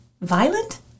violent